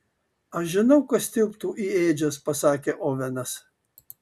aš žinau kas tilptu į ėdžias pasakė ovenas